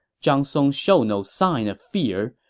zhang song showed no sign of fear,